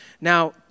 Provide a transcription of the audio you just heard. Now